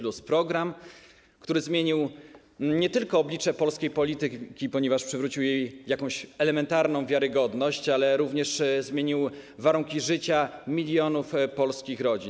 To program, który zmienił nie tylko oblicze polskiej polityki, ponieważ przywrócił jej elementarną wiarygodność, ale również warunki życia milionów polskich rodzin.